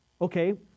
Okay